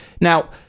Now